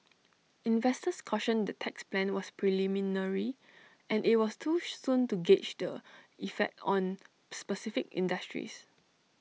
investors cautioned the tax plan was preliminary and IT was too soon to gauge the effect on specific industries